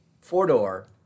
four-door